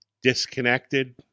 disconnected